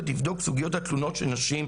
לבדוק סוגיות של תלונות של נשים,